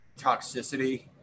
toxicity